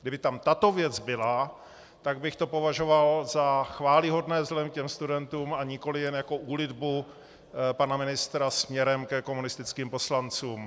Kdyby tam tato věc byla, tak bych to považoval za chvályhodné vzhledem k těm studentům, a nikoliv jen jako úlitbu pana ministra směrem ke komunistickým poslancům.